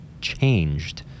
changed